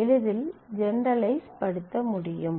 எளிதில் ஜெனெரலைஸ் படுத்த முடியும்